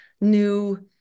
new